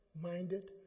minded